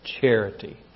charity